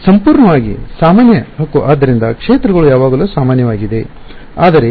ಸಂಪೂರ್ಣವಾಗಿ ಸಾಮಾನ್ಯ ಹಕ್ಕು ಆದ್ದರಿಂದ ಕ್ಷೇತ್ರಗಳು ಯಾವಾಗಲೂ ಸಾಮಾನ್ಯವಾಗಿದೆ ಆದರೆ